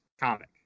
comic